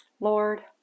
Lord